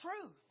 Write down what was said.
truth